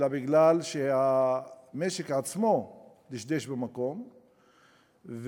אלא כי המשק עצמו דשדש במקום ודשדש